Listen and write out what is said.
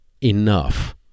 enough